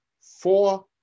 four